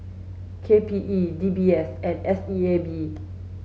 K P E D B S and S E A B